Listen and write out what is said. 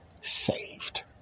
saved